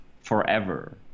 forever